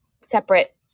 separate